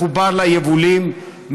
מחובר ליבולים,